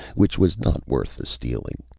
which was not worth the stealing.